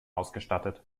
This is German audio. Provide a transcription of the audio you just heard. ausgestattet